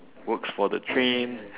works for the train